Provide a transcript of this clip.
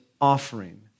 offering